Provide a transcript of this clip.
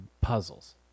puzzles